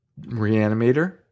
Reanimator